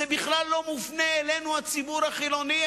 זה בכלל לא מופנה אלינו, הציבור החילוני.